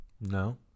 No